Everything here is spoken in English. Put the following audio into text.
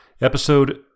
episode